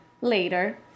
later